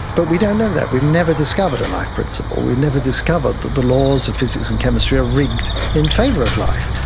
but we don't know that, we've never discovered a life principle, we've never discovered that the laws of physics and chemistry are rigged in favour of life,